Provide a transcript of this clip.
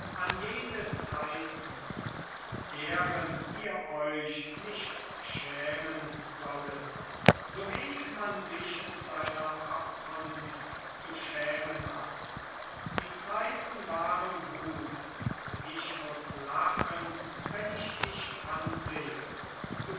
an jene zeiten deren ihr euch nicht schämen solltet so wenig man sich seiner abkunft zu schämen hat die zeiten waren gut und ich muß lachen wenn ich dich ansehe du